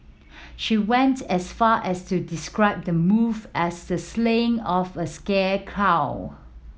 she went as far as to describe the move as the slaying of a sacred cow